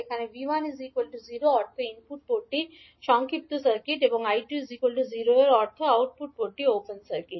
এখানে 𝐕1 0 অর্থ ইনপুট পোর্টটি সংক্ষিপ্ত সার্কিট এবং 𝐈2 0 এর অর্থ আউটপুট পোর্ট ওপেন সার্কিট